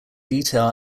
detail